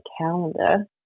calendar